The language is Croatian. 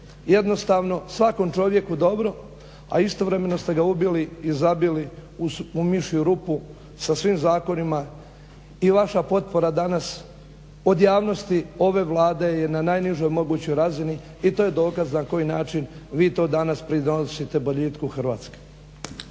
jednostavno svakom čovjeku dobro, a istovremeno ste ga ubili i zabili u mišju rupu sa svim zakonima. I vaša potpora danas od javnosti ove Vlade je na najnižoj mogućoj razini i to je dokaz na koji način vi to danas pridonosite boljitku Hrvatske.